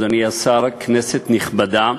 אדוני השר, כנסת נכבדה,